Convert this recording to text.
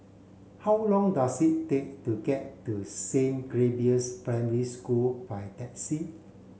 how long does it take to get to Saint Gabriel's Primary School by taxi